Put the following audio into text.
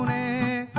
a